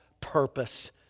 purpose